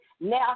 Now